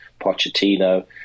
Pochettino